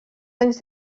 anys